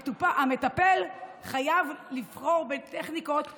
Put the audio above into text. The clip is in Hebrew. המטפל חייב לבחור בטכניקות מקובלות,